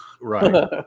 Right